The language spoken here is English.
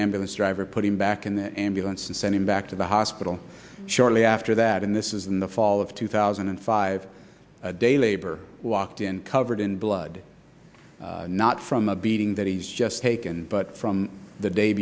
ambulance driver put him back in the ambulance and sent him back to the hospital shortly after that and this was in the fall of two thousand and five day labor walked in covered in blood not from a beating that he's just taken but from the day